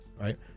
Right